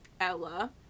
Ella